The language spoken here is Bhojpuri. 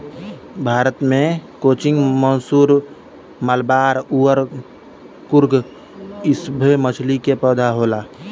भारत मे कोचीन, मैसूर, मलाबार अउर कुर्ग इ सभ मछली के पैदावार होला